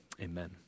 Amen